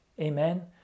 amen